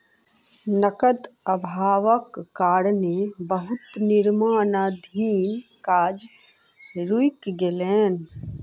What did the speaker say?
नकद अभावक कारणें बहुत निर्माणाधीन काज रुइक गेलै